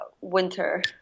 winter